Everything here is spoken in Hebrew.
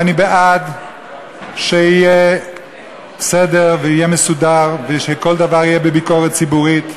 ואני בעד שיהיה סדר ויהיה מסודר ושכל דבר יהיה בביקורת ציבורית.